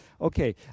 Okay